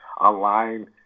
online